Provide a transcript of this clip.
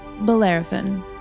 Bellerophon